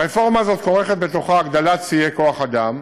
הרפורמה הזאת כורכת בתוכה הגדלת שיאי כוח-אדם,